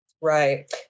Right